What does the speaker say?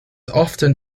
often